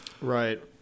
Right